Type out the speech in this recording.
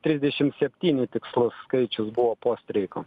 trisdešim septyni tikslus skaičius buvo po streiko